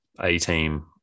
A-team